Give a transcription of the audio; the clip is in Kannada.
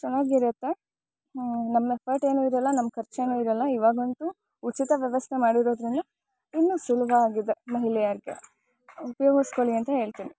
ಚೆನ್ನಾಗಿರತ್ತೆ ನಮ್ಮ ಎಫರ್ಟ್ ಏನು ಇರೋಲ್ಲ ನಮ್ಮ ಖರ್ಚ್ ಏನು ಇರೋಲ್ಲ ಇವಾಗಂತು ಉಚಿತ ವ್ಯವಸ್ಥೆ ಮಾಡಿರೋದರಿಂದ ಇನ್ನು ಸುಲಭ ಆಗಿದೆ ಮಹಿಳೆಯರಿಗೆ ಉಪಯೊಗಿಸ್ಕೊಳ್ಳಿ ಅಂತ ಹೇಳ್ತಿನಿ